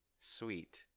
sweet